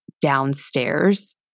downstairs